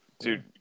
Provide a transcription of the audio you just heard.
Dude